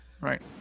right